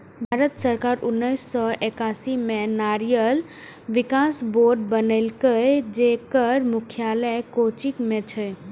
भारत सरकार उन्नेस सय एकासी मे नारियल विकास बोर्ड बनेलकै, जेकर मुख्यालय कोच्चि मे छै